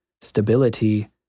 stability